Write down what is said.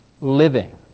living